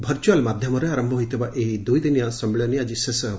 virtual ମାଧ୍ୟମରେ ଆରମ୍ଭ ହୋଇଥିବା ଏହି ଦୂଇ ଦିନିଆ ସମ୍ମିଳନୀ ଆକି ଶେଷ ହେବ